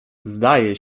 zdaje